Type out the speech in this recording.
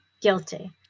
guilty